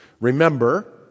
Remember